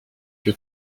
que